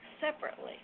separately